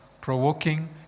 provoking